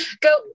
go